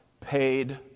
paid